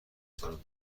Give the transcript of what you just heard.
کنم